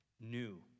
new